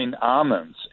almonds